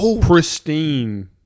pristine